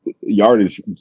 yardage